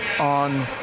On